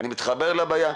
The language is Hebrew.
אני מתחבר לבעיה,